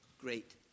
great